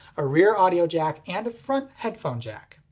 a rear audio jack, and a front headphone jack.